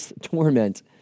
torment